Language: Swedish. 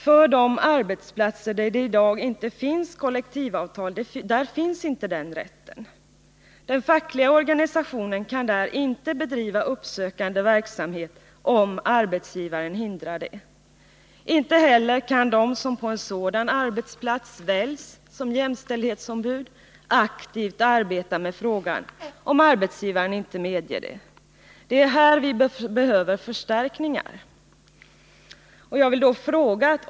På de arbetsplatser där det i dag inte finns kollektivavtal finns inte den rätten. Den fackliga organisationen kan där inte bedriva uppsökande verksamhet, om arbetsgivaren hindrar det. Inte heller kan de som på en sådan arbetsplats väljs till jämställdhetsombud aktivt arbeta med frågan, om arbetsgivaren inte medger det. Det är här vi behöver förstärkningar.